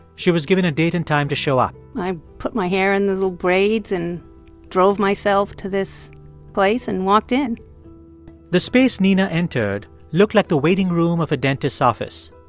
she was given a date and time to show up i put my hair and into little braids and drove myself to this place and walked in the space nina entered looked like the waiting room of a dentist's office.